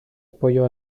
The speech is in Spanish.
apoyo